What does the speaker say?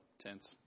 tense